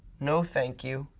no, thank you,